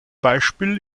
beispiel